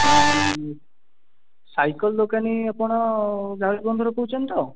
ହଁ ସାଇକେଲ ଦୋକାନୀ ଆପଣ ଜାଲବନ୍ଧରୁ କହୁଛନ୍ତି ତ